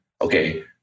Okay